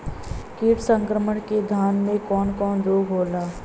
कीट संक्रमण से धान में कवन कवन रोग होला?